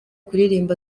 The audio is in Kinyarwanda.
kuririmba